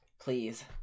please